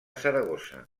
saragossa